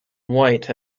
white